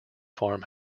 farm